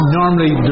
normally